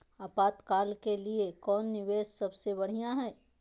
आपातकाल के लिए कौन निवेस सबसे बढ़िया है?